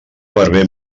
barber